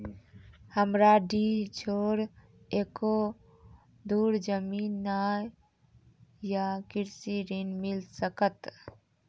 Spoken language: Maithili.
हमरा डीह छोर एको धुर जमीन न या कृषि ऋण मिल सकत?